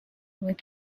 with